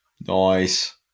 Nice